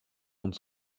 monde